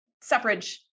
suffrage